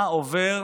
מה עובר